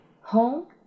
Home